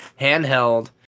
handheld